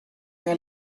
your